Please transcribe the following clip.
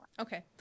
Okay